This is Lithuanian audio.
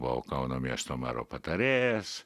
buvau kauno miesto mero patarėjas